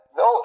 no